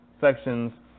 sections